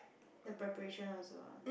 the preparation also ah